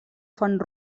font